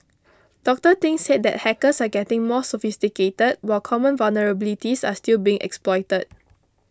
Doctor Thing said that hackers are getting more sophisticated while common vulnerabilities are still being exploited